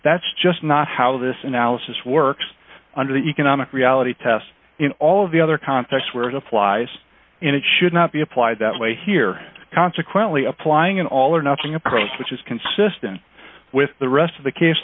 that's just not how this analysis works under the economic reality test in all of the other contexts where it applies in it should not be applied that way here consequently applying an all or nothing approach which is consistent with the rest of the case